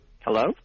Hello